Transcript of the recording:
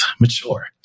mature